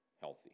healthy